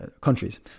countries